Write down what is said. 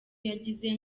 yagize